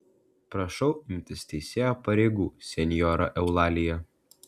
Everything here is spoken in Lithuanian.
prašau imtis teisėjo pareigų senjora eulalija